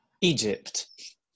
Egypt